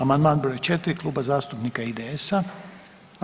Amandman br. 4 Kluba zastupnika IDS-a.